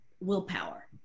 willpower